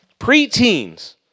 preteens